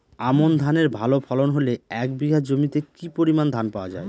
আমন ধানের ভালো ফলন হলে এক বিঘা জমিতে কি পরিমান ধান পাওয়া যায়?